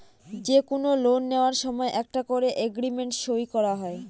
যে কোনো লোন নেওয়ার সময় একটা করে এগ্রিমেন্ট সই করা হয়